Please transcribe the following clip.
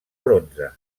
bronze